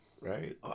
right